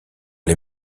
les